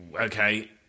Okay